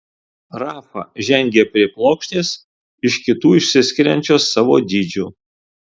rafa žengė prie plokštės iš kitų išsiskiriančios savo dydžiu